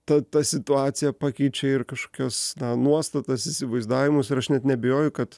ta ta situacija pakeičia ir kažkias na nuostatas įsivaizdavimus ir aš net neabejoju kad